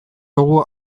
dugu